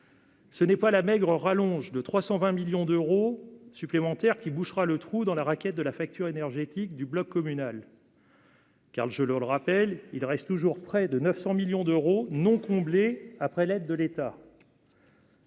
Ce n'est pas la maigre rallonge de 320 millions d'euros supplémentaires qui bouchera le trou dans la raquette de la facture énergétique du bloc communal. Karl, je leur rappelle, il reste toujours près de 900 millions d'euros non comblés après l'aide de l'État.